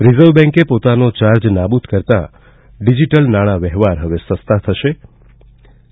reserve બેંકે પોતાનો charge નાબૂદ કરતાં ડીજીટલ નાણાં વ્યવહાર હવે થશે સસ્તા